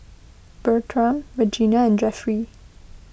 Bertram Regina and Jeffry